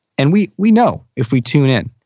and we we know if we tune in.